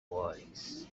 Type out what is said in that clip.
voice